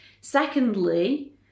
Secondly